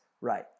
right